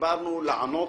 דיברנו על לענות,